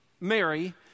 Mary